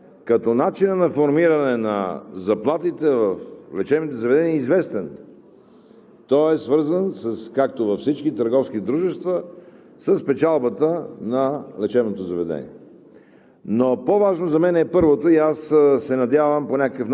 да има директиране на заплащане? Начинът на формиране на заплатите в лечебните заведения е известен. Той е свързан, както във всички търговски дружества, с печалбата на лечебното заведение.